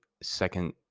second